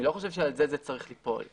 אני לא חושב שעל זה זה צריך ליפול.